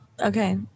okay